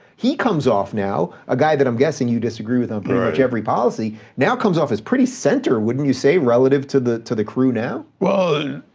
he comes off now, a guy that i'm guessing you disagree with on pretty much every policy, now comes off as pretty center, wouldn't you say, relative to the to the crew now? well,